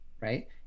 right